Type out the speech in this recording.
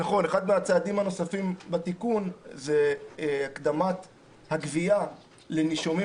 אחד הצעדים הנוספים בתיקון זה הקדמת הגבייה לנישומים